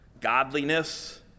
godliness